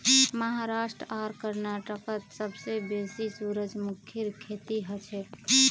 महाराष्ट्र आर कर्नाटकत सबसे बेसी सूरजमुखीर खेती हछेक